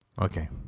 okay